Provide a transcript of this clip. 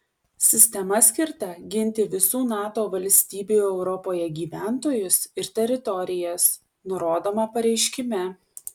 sistema skirta ginti visų nato valstybių europoje gyventojus ir teritorijas nurodoma pareiškime